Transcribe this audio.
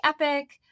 Epic